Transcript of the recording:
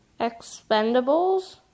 Expendables